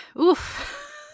oof